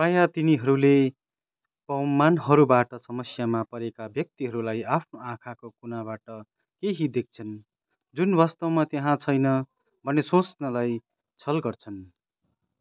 प्रायः तिनीहरूले प्वमानहरूबाट समस्यामा परेका व्यक्तिहरूलाई आफ्नो आँखाको कुनाबाट केही देख्छन् जुन वास्तवमा त्यहाँ छैन भन्ने सोच्नलाई छल गर्छन्